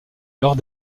lors